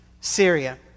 Syria